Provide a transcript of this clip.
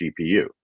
GPU